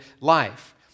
life